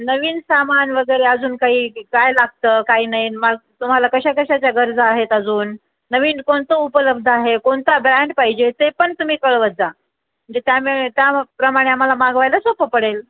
नवीन सामान वगैरे अजून काही काय लागतं काही नाही मग तुम्हाला कशा कशाच्या गरजा आहेत अजून नवीन कोणतं उपलब्ध आहे कोणता ब्रँड पाहिजे ते पण तुम्ही कळवत जा म्हणजे त्याम त्याप्रमाणे आम्हाला मागवायला सोपं पडेल